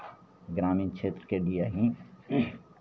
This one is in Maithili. ग्रामीण क्षेत्रके लिए ही